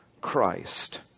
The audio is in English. Christ